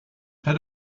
how